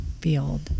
field